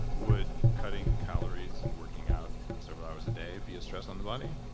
would cutting calories and working out several hours a day be a stress on the body?